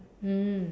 mm